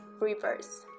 reverse